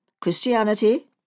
Christianity